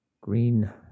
green